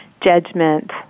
judgment